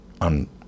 on